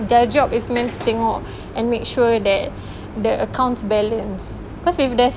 the job is meant to tengok and make sure that the accounts balance cause if there's